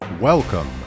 Welcome